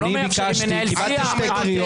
אתה לא מקיים דיון.